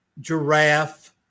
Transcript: giraffe